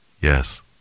Yes